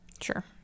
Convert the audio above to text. sure